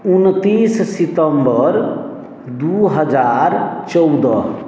उनतीस सितम्बर दू हजार चौदह